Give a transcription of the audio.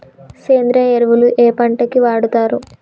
సేంద్రీయ ఎరువులు ఏ పంట కి వాడుతరు?